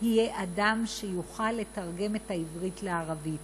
יהיה אדם שיוכל לתרגם את העברית לערבית,